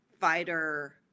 fighter